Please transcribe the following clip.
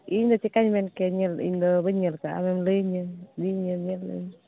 ᱤᱧ ᱫᱚ ᱪᱤᱠᱟᱹᱧ ᱢᱮᱱ ᱠᱮᱭᱟ ᱧᱮᱞ ᱤᱧ ᱫᱚ ᱵᱟᱹᱧ ᱧᱮᱞ ᱟᱠᱟᱫᱼᱟ ᱟᱢᱮᱢ ᱞᱟᱹᱭᱟᱹᱧᱟᱹ ᱤᱫᱤᱧᱟᱹᱢ ᱧᱮᱞᱟᱹᱧ